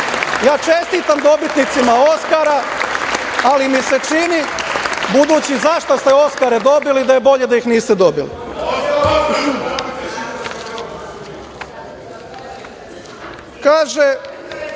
Ja čestitam dobitnicima Oskara ali mi se čini, budući za šta ste Oskare dobili, da je bolje da ih niste dobili. Sada